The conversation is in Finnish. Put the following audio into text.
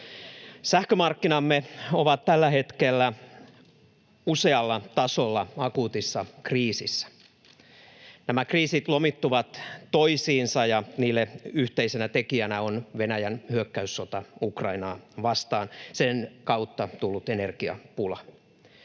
Sähkömarkkinamme ovat tällä hetkellä usealla tasolla akuutissa kriisissä. Nämä kriisit lomittuvat toisiinsa, ja niille yhteisenä tekijänä on Venäjän hyökkäyssota Ukrainaa vastaan, sen kautta tullut energiapula.